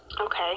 Okay